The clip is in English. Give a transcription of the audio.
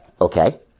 Okay